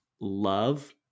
love